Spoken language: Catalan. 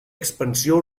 expansió